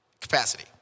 capacity